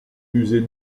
musées